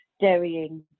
dairying